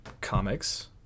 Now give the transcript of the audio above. comics